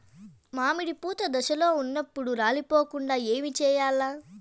మామిడి పూత దశలో ఉన్నప్పుడు రాలిపోకుండ ఏమిచేయాల్ల?